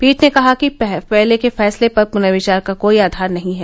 पीठ ने कहा कि पहले के फैसले पर पुनर्विचार का कोई आधार नहीं है